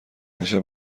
دیشب